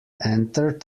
entered